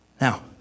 Now